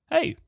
Hey